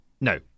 no